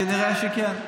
כנראה שכן.